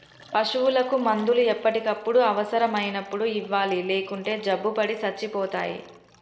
పశువులకు మందులు ఎప్పటికప్పుడు అవసరం అయినప్పుడు ఇవ్వాలి లేకుంటే జబ్బుపడి సచ్చిపోతాయి